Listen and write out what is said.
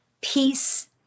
peace